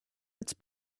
its